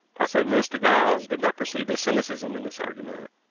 possibly mr. giles did not perceive the cynicism in this argument.